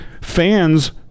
fans